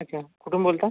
अच्छा कुठून बोलता